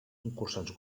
concursants